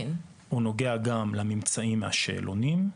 הוא נוגע גם לממצאים מהשאלונים,